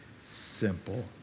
simple